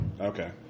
Okay